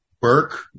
Burke